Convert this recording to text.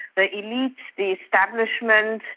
the elites, the establishment.